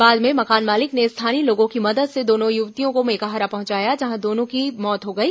बाद में मकान मालिक ने स्थानीय लोगों की मदद से दोनों युवतियों को मेकाहारा पहुंचाया जहां दोनों की मौत हो गई